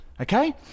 Okay